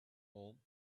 home